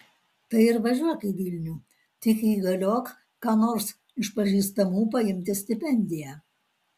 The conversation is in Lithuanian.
tai ir važiuok į vilnių tik įgaliok ką nors iš pažįstamų paimti stipendiją